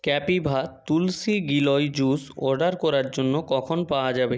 Kapiva Tulsi Giloy juice order করার জন্য কখন পাওয়া যাবে